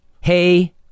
hey